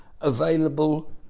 available